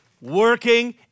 working